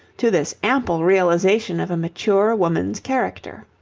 to this ample realization of a mature woman's character.